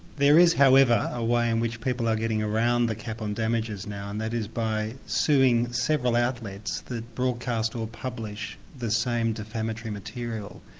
there is, however, a way in which people are getting around the cap on damages now, and that is by suing several outlets that broadcast or publish the same defamatory material.